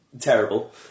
terrible